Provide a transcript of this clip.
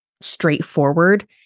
straightforward